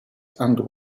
and